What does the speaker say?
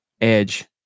edge